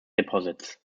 deposits